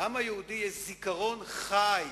לעם היהודי יש זיכרון חי.